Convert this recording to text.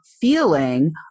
feeling